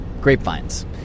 Grapevine's